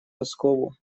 пэскоу